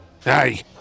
Hey